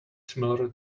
similar